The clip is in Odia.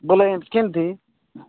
ବୋଲେ କେମିତି